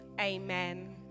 Amen